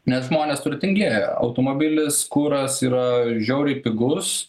nes žmonės turtingėja automobilis kuras yra žiauriai pigus